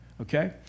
okay